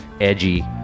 edgy